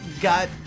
got